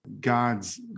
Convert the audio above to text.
God's